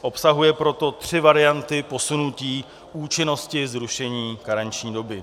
Obsahuje proto tři varianty posunutí účinnosti zrušení karenční doby.